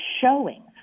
showing